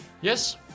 Yes